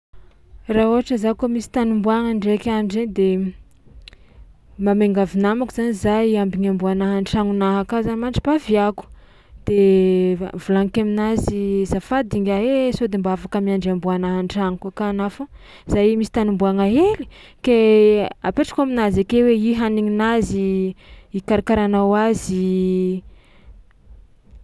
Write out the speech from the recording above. Raha ôhatra za kôa misy tany omboagna ndraiky andro e de mba miangavy namako zany za hiambiny amboanahy an-tragnonahy aka mandra-paviàko de va- volaniky aminazy: zafady ngiahy e, sao de mba afaka miandry amboanahy an-tragnoko aka anà fa za io misy tany omboagna hely ke apetrako aminazy ake hoe i hanigninazy ikarakaranao azy.